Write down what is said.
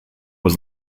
was